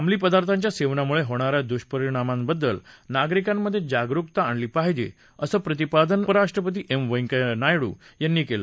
अमली पदार्थांच्या सेवनामुळे होणा या दुष्परिणामांबद्दल नागरिकांमधे जागरुकता आणली पाहिजे असं प्रतिपादन उपराष्ट्रपती एम व्यंकय्या नायडू यांनी केलं